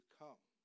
come